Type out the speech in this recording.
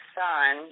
son